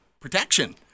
protection